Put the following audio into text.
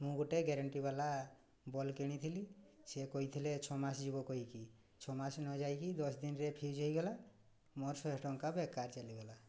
ମୁଁ ଗୋଟେ ଗ୍ୟାରେଣ୍ଟି ବାଲା ବଲ୍ କିଣିଥିଲି ସେ କହିଥିଲେ ଛଅ ମାସ ଯିବ କହିକି ଛଅ ମାସ ନ ଯାଇକି ଦଶ ଦିନରେ ଫ୍ୟୁଜ୍ ହେଇଗଲା ମୋର ଶହେ ଟଙ୍କା ବେକାର ଚାଲିଗଲା